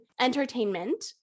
entertainment